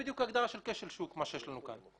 כשל שוק - זה מה שיש לנו כאן.